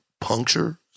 puncture